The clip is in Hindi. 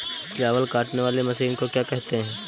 चावल काटने वाली मशीन को क्या कहते हैं?